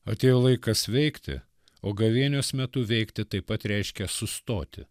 atėjo laikas veikti o gavėnios metu veikti taip pat reiškia sustoti